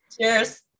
Cheers